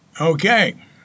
Okay